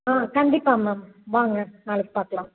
ஆ கண்டிப்பாக மேம் வாங்க நாளைக்குப் பார்க்கலாம்